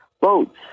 boats